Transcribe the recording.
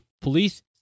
police